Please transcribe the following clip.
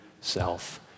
self